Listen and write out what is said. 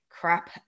crap